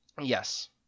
yes